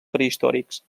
prehistòrics